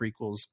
prequels